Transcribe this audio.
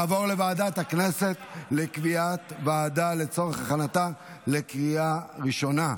היא תעבור לוועדת הכנסת לקביעת ועדה לצורך הכנתה לקריאה ראשונה.